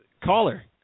caller